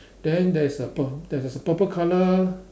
then there is a pur~ there is a purple colour